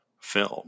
film